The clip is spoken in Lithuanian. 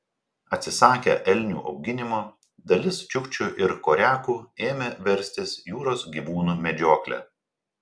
atsisakę elnių auginimo dalis čiukčių ir koriakų ėmė verstis jūros gyvūnų medžiokle